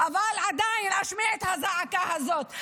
אבל עדיין צריך להשמיע את הזעקה הזאת.